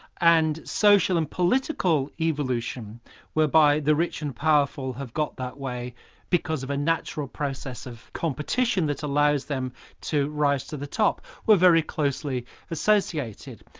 and social and political evolution whereby the rich and powerful have got that way because of a natural process of competition that allows them to rise to the top, were very closely associated.